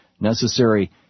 necessary